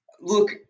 Look